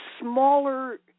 smaller